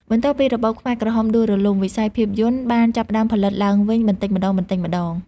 បន្ទាប់ពីរបបខ្មែរក្រហមដួលរលំ វិស័យភាពយន្តបានចាប់ផ្តើមផលិតឡើងវិញបន្តិចម្តងៗ។